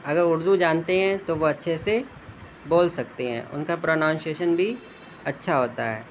اگر اردو جانتے ہیں تو وہ اچھے سے بول سکتے ہیں ان کا پروننسئیشن بھی اچھا ہوتا ہے